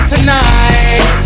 tonight